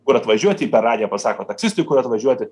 kur atvažiuoti ji per radiją pasako taksistui kur atvažiuoti